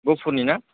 गहपुरनि ना